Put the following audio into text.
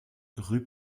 rue